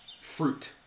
fruit